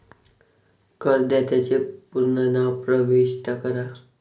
करदात्याचे पूर्ण नाव प्रविष्ट करा